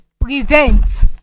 prevent